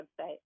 website